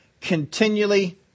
continually